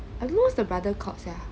I don't know what the brother called sia